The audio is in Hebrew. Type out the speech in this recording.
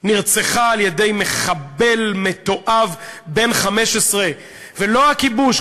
נרצחה על-ידי מחבל מתועב בן 15. לא הכיבוש,